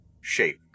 shape